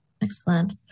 Excellent